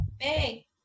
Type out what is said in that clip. Hey